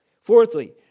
Fourthly